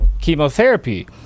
chemotherapy